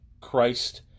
Christ